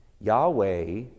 Yahweh